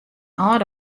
âlde